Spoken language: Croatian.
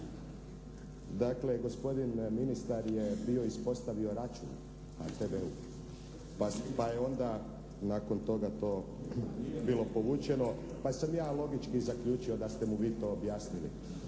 Dakle gospodin ministar je bio ispostavio račun HTV-u pa je onda nakon toga to bilo povučeno pa sam ja logički zaključio da ste mu vi to objasnili.